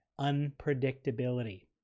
Unpredictability